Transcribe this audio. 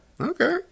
Okay